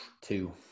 two